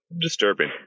disturbing